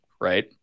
Right